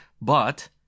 But—